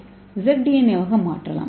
ஏவாக மாற்றலாம்